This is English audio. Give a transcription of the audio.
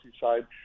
side